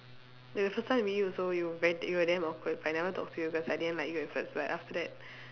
the first time I meet you also you ve~ you were damn awkward but I never talk to you cause I didn't like you at first but after that